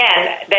again